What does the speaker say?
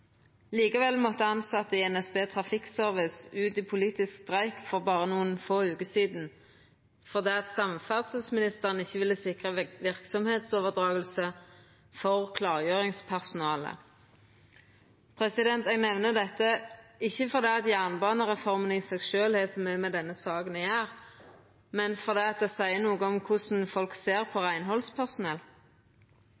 Likevel måtte tilsette i NSB Trafikkservice ut i politisk streik for berre nokre få veker sidan, fordi samferdselsministeren ikkje ville sikra verksemdsoverdraging for klargjeringspersonalet. Eg nemner ikkje dette fordi jernbanereforma i seg sjølv har så mykje med denne saka å gjera, men fordi det seier noko om korleis folk ser på